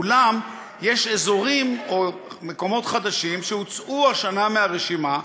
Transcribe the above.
אולם יש אזורים או מקומות חדשים שהוצאו השנה מהרשימה.